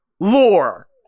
Lore